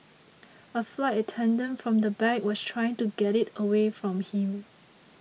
a flight attendant from the back was trying to get it away from him